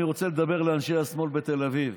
אני רוצה לדבר אל אנשי השמאל בתל אביב.